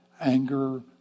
anger